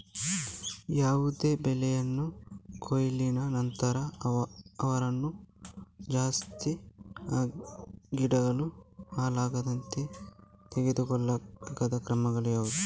ಯಾವುದೇ ಬೆಳೆಯ ಕೊಯ್ಲಿನ ನಂತರ ಅವನ್ನು ತಾಜಾ ಆಗಿಡಲು, ಹಾಳಾಗದಂತೆ ಇಡಲು ತೆಗೆದುಕೊಳ್ಳಬೇಕಾದ ಕ್ರಮಗಳು ಯಾವುವು?